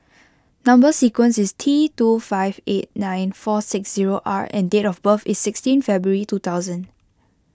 Number Sequence is T two five eight nine four six zero R and date of birth is sixteen February two thousand